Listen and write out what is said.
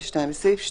22. בסעיף 2(ד),